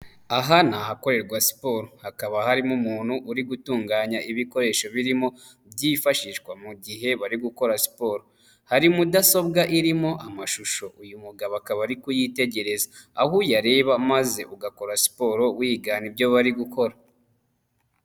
Aha ni ahakorerwa siporo hakaba harimo umuntu uri gutunganya ibikoresho birimo byifashishwa mu gihe bari gukora siporo, hari mudasobwa irimo amashusho uyu mugabo akaba ari kuyitegereza, aho uyareba maze ugakora siporo wigana ibyo bari gukora.